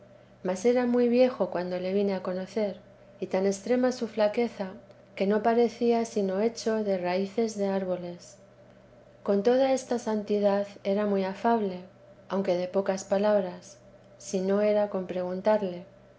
mas era muy viejo cuando le vine a conocer y tan extrema su flaqueza que no parecía sino hecho de raíces de árboles con toda esta santidad era muy afable aunque de pocas palabras si no era con preguntarle